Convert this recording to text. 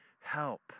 help